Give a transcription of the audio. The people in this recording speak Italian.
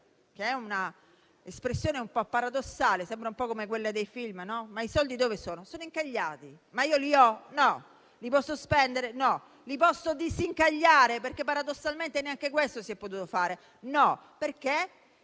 È un'espressione paradossale, come quelle dei film: i soldi dove sono? Sono incagliati. Ma io li ho? No. Li posso spendere? No. Li posso disincagliare? No: paradossalmente, neanche questo si è potuto fare. Perché?